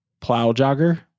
Plowjogger